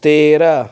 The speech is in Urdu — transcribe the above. تیرہ